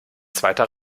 zweiter